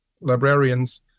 librarians